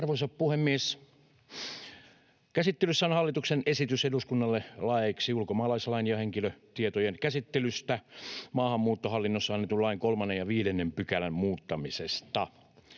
chairman_statement Section: 8 - Hallituksen esitys eduskunnalle laeiksi ulkomaalaislain ja henkilötietojen käsittelystä maahanmuuttohallinnossa annetun lain 3 ja 5 §:n muuttamisesta